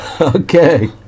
Okay